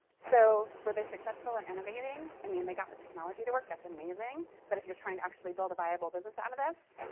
so were they successful in innovating? i mean, they got the technology to work. that's amazing. but if you're trying to actually build a viable business out of this,